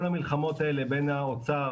כל המלחמות האלה בין האוצר,